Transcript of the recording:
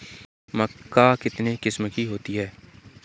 मक्का कितने किस्म की होती है?